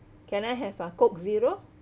can I have uh Coke Zero